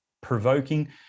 provoking